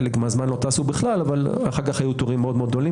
חלק מהזמן לא טסו, אבל אז היו תורים גדולים.